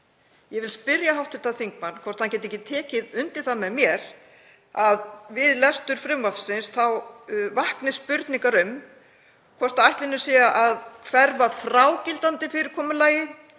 Ég vil spyrja hv. þingmann hvort hann geti ekki tekið undir það með mér að við lestur frumvarpsins vakni spurningar um hvort ætlunin sé að hverfa frá núgildandi fyrirkomulagi